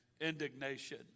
indignation